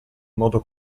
modo